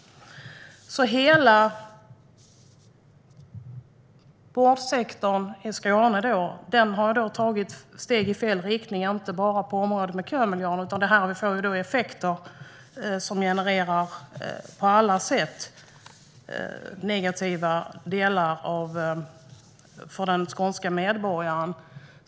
Hela vårdsektorn i Skåne har alltså tagit ett steg i fel riktning. Det gäller inte bara området med kömiljarden, utan detta får konsekvenser som på alla sätt genererar negativa effekter för den skånska medborgaren.